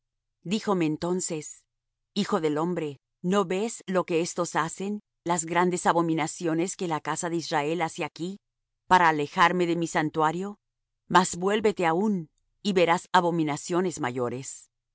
entrada díjome entonces hijo del hombre no ves lo que éstos hacen las grandes abominaciones que la casa de israel hace aquí para alejarme de mi santuario mas vuélvete aún y verás abominaciones mayores y